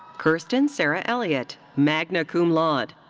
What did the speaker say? kyrstin cerra elliott, magna cum laude.